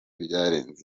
byarenze